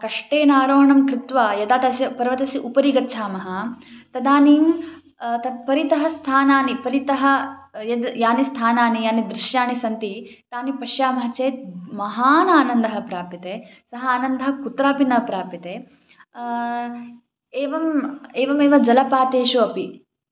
कष्टेन आरोहणं कृत्वा यदा तस्य पर्वतस्य उपरि गच्छामः तदानीं तत्परितः स्थानानि परितः यानि यानि स्थानानि यानि दृश्याणि सन्ति तानि पश्यामः चेत् महान् आनन्दः प्राप्यते सः आनन्दः कुत्रापि न प्राप्यते एवम् एवमेव जलपातेषु अपि